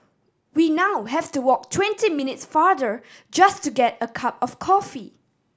we now have to walk twenty minutes farther just to get a cup of coffee